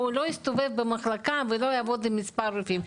יסתובב במחלקה ולא יעבוד עם כמה רופאים.